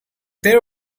there